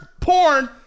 porn